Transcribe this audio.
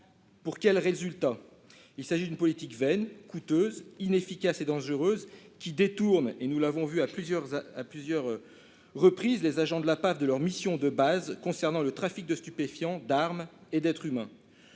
pour quels résultats ? Il s'agit d'une politique vaine, coûteuse, inefficace et dangereuse, qui détourne- nous l'avons évoqué à plusieurs reprises -les agents de la police aux frontières (PAF) de leur mission de base concernant le trafic de stupéfiants, d'armes et d'êtres humains.